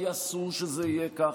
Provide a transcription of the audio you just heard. כי אסור שזה יהיה ככה.